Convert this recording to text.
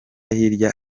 hirya